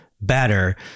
better